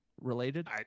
related